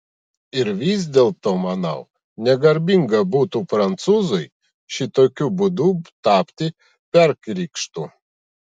ir vis dėlto manau negarbinga būtų prancūzui šitokiu būdu tapti perkrikštu